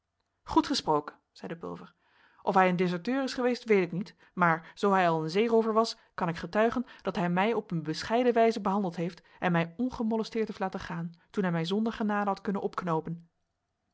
goed gesproken zeide pulver of hij een deserteur is geweest weet ik niet maar zoo hij al een zeeroover was kan ik getuigen dat hij mij op een bescheiden wijze behandeld heeft en mij ongemolesteerd heeft laten gaan toen hij mij zonder genade had kunnen opknoopen